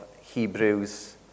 Hebrews